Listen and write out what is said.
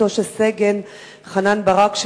אחותו של סגן חנן ברק,